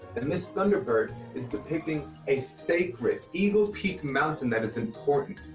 and this thunderbird is depicting a sacred, eagle peak mountain that is important.